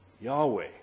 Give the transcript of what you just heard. Yahweh